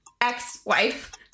ex-wife